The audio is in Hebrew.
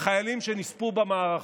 החיילים שנספו במערכה.